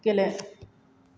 गेले